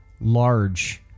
large-